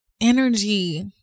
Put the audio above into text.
energy